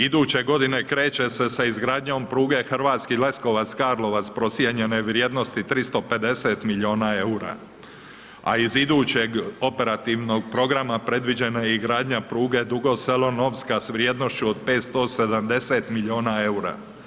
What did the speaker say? Iduće godine kreće se sa izgradnjom pruge Hrvatski Leskovac-Karlovac procijenjene vrijednosti 350 milijuna EUR-a, a iz idućeg Operativnog programa predviđena je i gradnja pruge Dugo Selo-Novska s vrijednošću od 570 milijuna EUR-a.